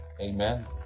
amen